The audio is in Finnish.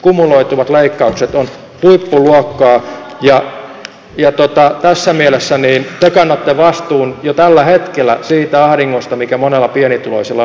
kumuloituvat leikkaukset ovat huippuluokkaa ja tässä mielessä te kannatte vastuun jo tällä hetkellä siitä ahdingosta mikä monella pienituloisella on